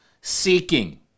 seeking